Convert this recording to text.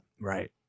right